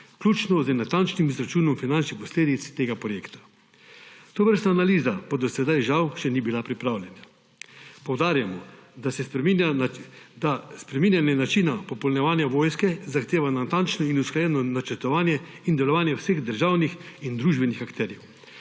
vključno z natančnim izračunom finančnih posledic tega projekta. Tovrstna analiza pa do sedaj žal še ni bila pripravljena. Poudarjamo, da spreminjanje načina popolnjevanja vojske zahteva natančno in usklajeno načrtovanje in delovanje vseh državnih in družbenih akterjev.